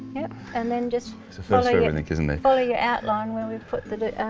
yep, and then just so so so yeah follow your outline where we put the